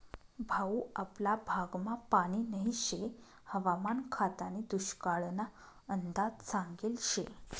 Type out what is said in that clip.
भाऊ आपला भागमा पानी नही शे हवामान खातानी दुष्काळना अंदाज सांगेल शे